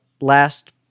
last